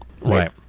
Right